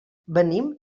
venim